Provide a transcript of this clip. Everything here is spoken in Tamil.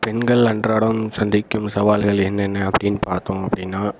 பெண்கள் அன்றாடம் சந்திக்கும் சவால்கள் என்னென்ன அப்படின்னு பார்த்தோம் அப்படின்னா